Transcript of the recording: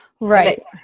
Right